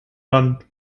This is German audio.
land